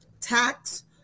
tax